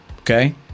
Okay